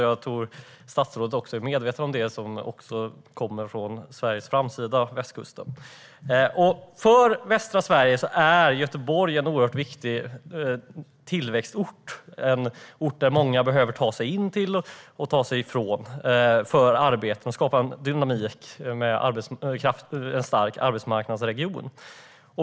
Jag tror att även statsrådet, som också kommer från Sveriges framsida västkusten, är medveten om det. För västra Sverige är Göteborg en oerhört viktig tillväxtort. Det är en ort som många behöver ta sig till och från för att arbeta och skapa dynamik i en stark arbetsmarknadsregion.